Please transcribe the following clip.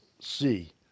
see